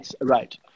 Right